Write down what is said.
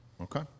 Okay